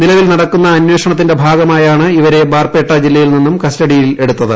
നിലവിൽ നടക്കുന്ന അന്വേഷണത്തിന്റെ ഭാഗമായാണ് ഇവരെ ബാർപെട്ട ജില്ലയിൽ നിന്നും കസ്റ്റഡിയിൽ എടുത്തത്